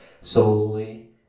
solely